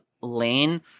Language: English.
lane